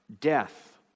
death